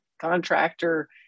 contractor